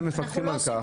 מפקחים על כך.